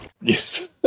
yes